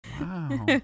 wow